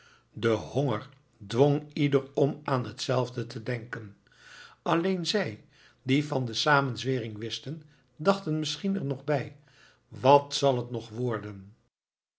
honger dwong ieder om aan hetzelfde te denken alleen zij die van de samenzwering wisten dachten misschien er nog bij wat zal het nog worden